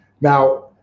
Now